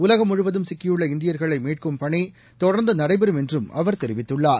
உலகம் முழுவதும் சிக்கியுள்ள இந்தியா்களைமீட்கும் பணிதொடா்ந்துநடைபெறும் என்றும் அவா் தெரிவித்துள்ளார்